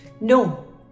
no